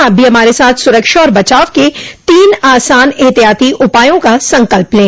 आप भी हमारे साथ सुरक्षा और बचाव के तीन आसान एहतियाती उपायों का संकल्प लें